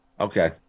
Okay